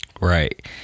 Right